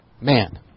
man